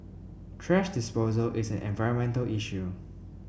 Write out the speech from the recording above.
thrash disposal is an environmental issue